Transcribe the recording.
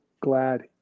glad